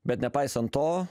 bet nepaisant to